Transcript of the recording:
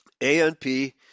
ANP